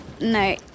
no